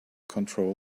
control